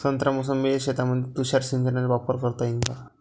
संत्रा मोसंबीच्या शेतामंदी तुषार सिंचनचा वापर करता येईन का?